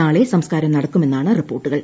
നാളെ സംസ്കാരം നടക്കുമെന്നാണ് റിപ്പോർട്ടുകൾ